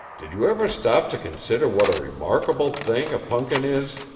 did you ever stop to consider what a remarkable thing a punkin is?